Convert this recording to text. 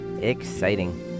exciting